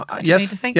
yes